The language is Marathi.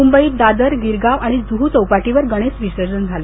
मुंबईत दादर गिरगाव आणि जुहू चौपाटीवर गणेश विसर्जन झालं